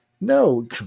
No